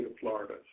Florida